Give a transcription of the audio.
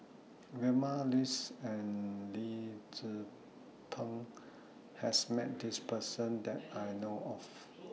Vilma Laus and Lee Tzu Pheng has Met This Person that I know of